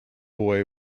boy